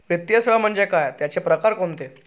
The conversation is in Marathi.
वित्तीय सेवा म्हणजे काय? त्यांचे प्रकार कोणते?